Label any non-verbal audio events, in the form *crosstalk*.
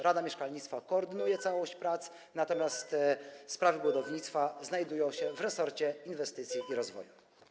Rada Mieszkalnictwa koordynuje całość prac, *noise* natomiast sprawy budownictwa znajdują się w kompetencjach resortu inwestycji i rozwoju.